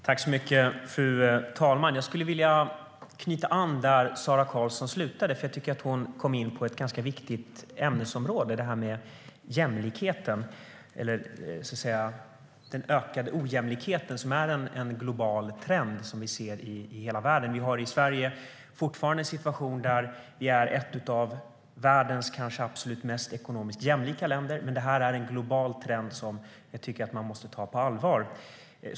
Fru talman! Jag skulle vilja ta vid där Sara Karlsson slutade. Hon kom in på ett ganska viktigt ämnesområde: den ökande ojämlikheten som är en trend i hela världen. Sverige är fortfarande ett av världens kanske mest ekonomiskt jämlika länder. Men det här är en global trend som man måste ta på allvar.